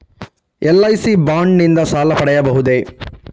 LIC bond ನಿಂದ ಸಾಲ ಪಡೆಯಬಹುದೇ?